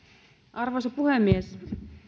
arvoisa puhemies